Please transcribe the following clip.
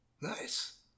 Nice